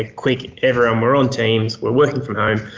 ah quick, everyone, we're on teams, we're working from home.